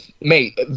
mate